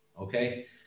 Okay